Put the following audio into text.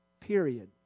period